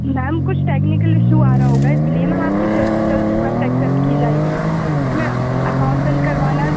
ma'am कुछ technical issue आ रहा होगा इसलिए मैम आपकी जल्द से जल्द रिक्वेस्ट एक्सेप्ट की जाएगी इसमें अकाउंट बंद करवाना